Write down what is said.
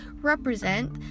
represent